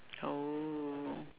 oh